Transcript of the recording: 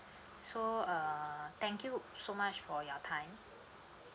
so uh thank you so much for your time